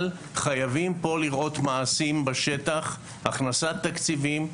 אבל חייבים לראות פה מעשים בשטח הכנסת תקציבים,